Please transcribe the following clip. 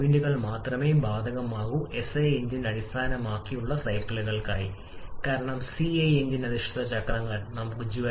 അതുപോലെ വികാസത്തിന്റെ അവസാനത്തെ താപനിലയും മർദ്ദവും ഇതിനേക്കാൾ കുറവാണ് ആശയം സൈക്കിൾ പ്രവചനം